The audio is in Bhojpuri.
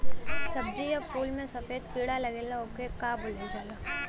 सब्ज़ी या फुल में सफेद कीड़ा लगेला ओके का बोलल जाला?